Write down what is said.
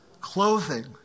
clothing